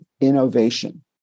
innovation